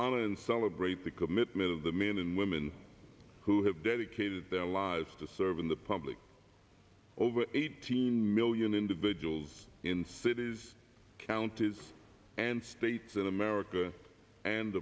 honor and celebrate the commitment of the men and women who have dedicated their lives to serve in the public over eighteen million individuals in cities counties and states in america and